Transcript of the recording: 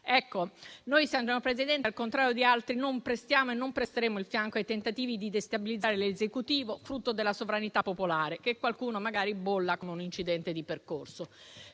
preventivo. Signor Presidente, al contrario di altri, noi non prestiamo e non presteremo il fianco ai tentativi di destabilizzare l'Esecutivo, frutto della sovranità popolare, che qualcuno magari bolla come un incidente di percorso.